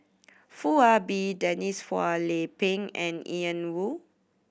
Foo Ah Bee Denise Phua Lay Peng and Ian Woo